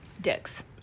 Dicks